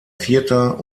vierter